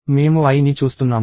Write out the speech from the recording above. మేము i ని చూస్తున్నాము